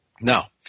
Now